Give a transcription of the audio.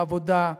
בעבודה,